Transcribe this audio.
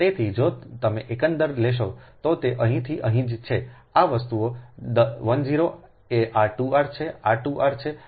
તેથી જો તમે એકંદર લેશો તો તે અહીંથી અહીં જ છેઆ વસ્તુઓ 10 આ 2 r છે આ 2 r છે આ 2 r છે